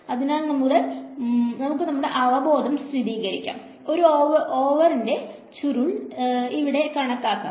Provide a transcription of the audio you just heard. അതിനാൽ നമുക്ക് നമ്മുടെ അവബോധം സ്ഥിരീകരിക്കാം ഒരു ഓവറിന്റെ ചുരുൾ ഇവിടെ കണക്കാക്കാം